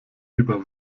über